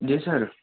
جی سر